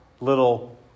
little